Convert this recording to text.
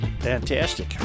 Fantastic